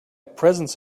presence